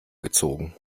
gezogen